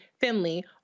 Finley